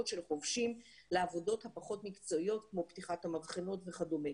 של חובשים לעבודות הפחות מקצועיות כמו פתיחת המבחנות וכדומה